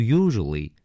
usually